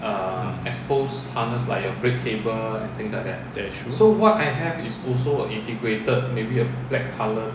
that is true